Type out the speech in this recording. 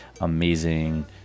amazing